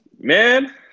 Man